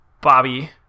Bobby